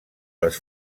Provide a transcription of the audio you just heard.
les